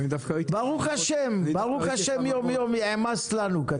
ברוך השם, ברוך השם יום-יום, העמסת לנו כאן.